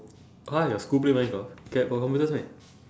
!huh! your school play minecraft can got computers meh